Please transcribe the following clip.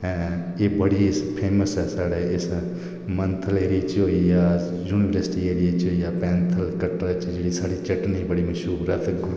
ते एह् बड़ी फेमस ऐ साढ़े मंथल एरिये च जां अस यूनिबर्सटी आहला ऐरिया पैंथल कटरा जेहड़ी साढ़ी चटनी बड़ी मश्हूर ऐ कन्नै गुरगला